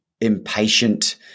impatient